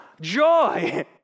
joy